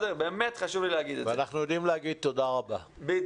באמת חשוב לי לומר את הדברים האלה.